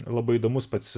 labai įdomus pats